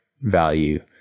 value